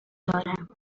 دارم